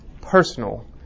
personal